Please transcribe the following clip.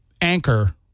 anchor